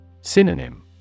Synonym